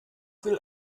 will